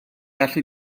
allu